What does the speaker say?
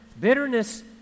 bitterness